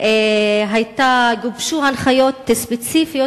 גובשו הנחיות ספציפיות,